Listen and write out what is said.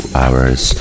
hours